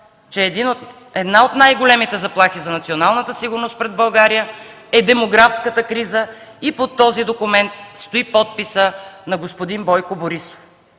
че една от най-големите заплахи за националната сигурност пред България е демографската криза и под този документ стои подписът на господин Бойко Борисов.